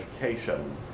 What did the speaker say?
education